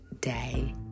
day